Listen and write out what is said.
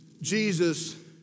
Jesus